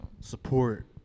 Support